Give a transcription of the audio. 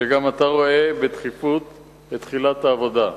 שגם אתה רואה את הדחיפות של תחילת העבודה.